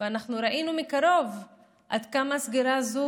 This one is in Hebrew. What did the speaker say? אנחנו ראינו מקרוב עד כמה הסגירה הזאת